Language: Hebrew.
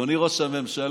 אדוני ראש הממשלה,